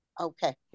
Okay